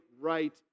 right